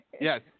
Yes